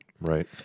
Right